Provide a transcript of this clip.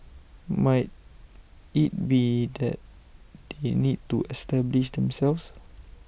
might IT be that they need to establish themselves